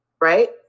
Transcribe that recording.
right